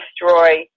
destroy